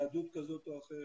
יהדות כזו או אחרת,